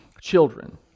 children